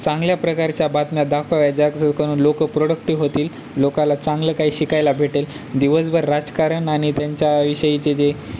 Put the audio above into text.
चांगल्या प्रकारच्या बातम्या दाखवाव्या या ज्या जर करून लोकं प्रोडक्टिव होतील लोकाला चांगलं काही शिकायला भेटेल दिवसभर राजकारण आणि त्यांच्याविषयीचे जे